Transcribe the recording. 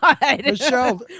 Michelle